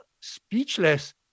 speechless